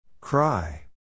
Cry